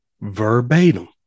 verbatim